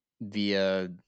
via